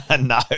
No